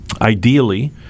ideally